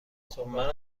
صحبت